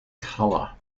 colour